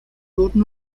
wurden